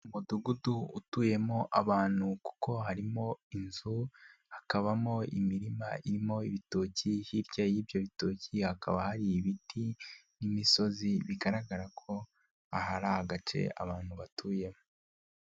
Umudugudu utuyemo abantu kuko harimo inzu, hakabamo imirima irimo ibitoki, hirya y'ibyo bitoki hakaba hari ibiti n'imisozi, bigaragara ko ah aari agace abantu batuyemo.